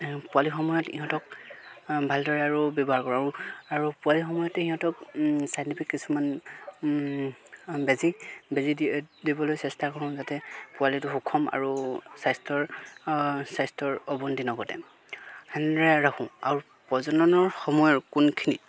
পোৱালি সময়ত ইহঁতক ভালদৰে আৰু ব্যৱহাৰ কৰোঁ আৰু পোৱালিৰ সময়তে সিহঁতক চাইণ্টিফিক কিছুমান বেজি বেজি দিবলৈ চেষ্টা কৰোঁ যাতে পোৱালিটো সুষম আৰু স্বাস্থ্যৰ স্বাস্থ্যৰ অৱনতি নঘটে সেনেদৰে ৰাখোঁ আৰু প্ৰজননৰ সময়ৰ কোনখিনি